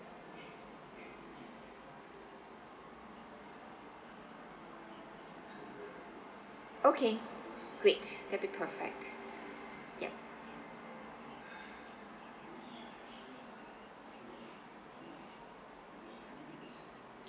okay great that'll be perfect yup